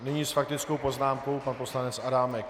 Nyní s faktickou poznámkou pan poslanec Adámek.